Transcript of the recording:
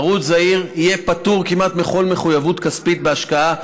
ערוץ זעיר יהיה פטור כמעט מכל מחויבות כספית בהשקעה,